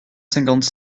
cinquante